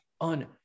on